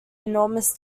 enormous